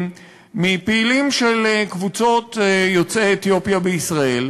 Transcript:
מפעילים של קבוצות יוצאי אתיופיה בישראל,